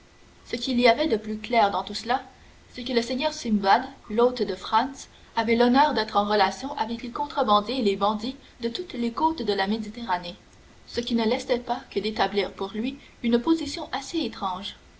ce qu'il y avait de plus clair dans tout cela c'est que le seigneur simbad l'hôte de franz avait l'honneur d'être en relation avec les contrebandiers et les bandits de toutes les côtes de la méditerranée ce qui ne laissait pas que d'établir pour lui une position assez étrange